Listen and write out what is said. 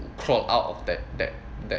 crawled out of that that that